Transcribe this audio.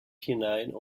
hinein